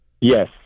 Yes